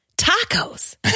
tacos